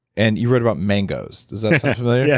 and you wrote about mangoes. does that sound familiar? yeah